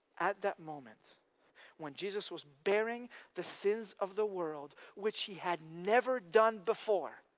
at that moment when jesus was bearing the sins of the world, which he had never done before,